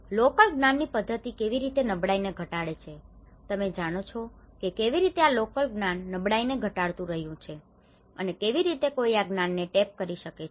local જ્ઞાનની પદ્ધતિ કેવી રીતે નબળાઈને ઘટાડે છે તમે જાણો છો કે કેવી રીતે આ લોકલ જ્ઞાન નબળાઈ ને ઘટાડતું રહ્યું છે અને કેવી રીતે કોઈ આ જ્ઞાનને ટેપ કરી શકે છે